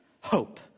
hope